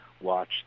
watch